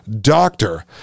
doctor